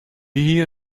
hie